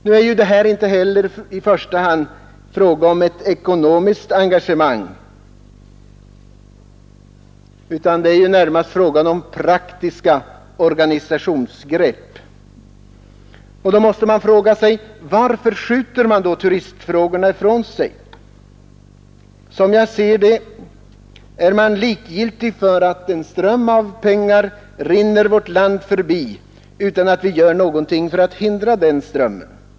Nu är ju det här inte i första hand en fråga om ekonomiskt engagemang utan om praktiska organisationsgrepp. Varför skjuter man turistfrågorna ifrån sig? Som jag ser det är man likgiltig för att en ström av pengar rinner vårt land förbi utan att vi gör någonting för att hindra den strömmen.